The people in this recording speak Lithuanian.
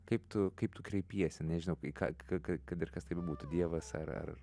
kaip tu kaip tu kreipiesi nežinau ką ka ka kad ir kas tai būtų dievas ar ar